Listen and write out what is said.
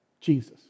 Jesus